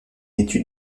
étude